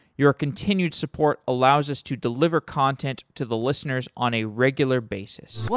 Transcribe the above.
your continued support allows us to deliver content to the listeners on a regular basis